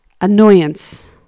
Annoyance